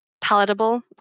palatable